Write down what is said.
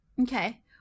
okay